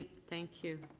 thank you.